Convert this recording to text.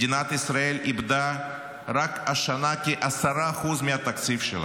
מדינת ישראל איבדה רק השנה כ-10% מהתקציב שלה.